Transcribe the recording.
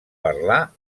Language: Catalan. parlar